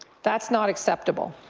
that's not acceptable.